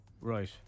Right